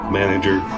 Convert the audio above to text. manager